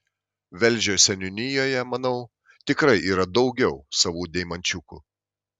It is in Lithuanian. velžio seniūnijoje manau tikrai yra daugiau savų deimančiukų